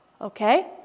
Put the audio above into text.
Okay